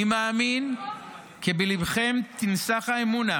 אני מאמין כי בליבכם תנסך האמונה.